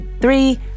Three